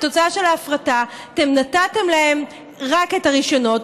אתם נתתם להם רק את הרישיונות,